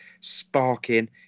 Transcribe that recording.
sparking